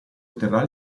otterrà